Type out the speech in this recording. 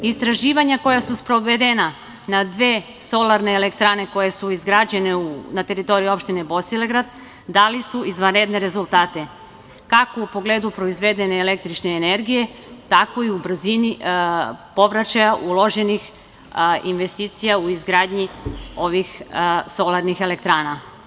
Istraživanja koja su sprovedena na dve solarne elektrane koje su izgrađene na teritoriji opštine Bosilegrad dala su izvanredne rezultate, kako u pogledu proizvedene električne energije tako i u brzini povraćaja uloženih investicija u izgradnji ovih solarnih elektrana.